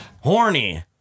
Horny